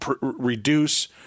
reduce